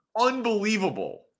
Unbelievable